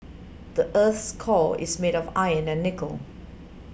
the earth's core is made of iron and nickel